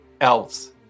Elves